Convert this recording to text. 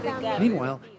Meanwhile